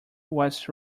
was